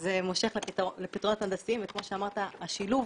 שזה מושך לפתרונות הנדסיים, וכמו שאמרת, השילוב